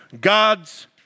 God's